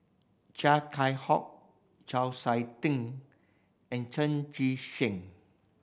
Chia Keng Hock Chau Sik Ting and Chan Chee Seng